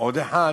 עוד אחד.